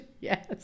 Yes